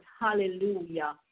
hallelujah